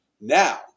Now